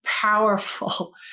powerful